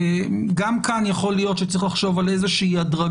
גם כאן יכול להיות שצריך לחשוב על איזה הדרגתיות.